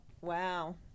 Wow